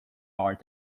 art